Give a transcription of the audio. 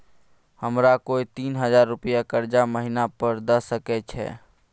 हमरा कोय तीन हजार रुपिया कर्जा महिना पर द सके छै?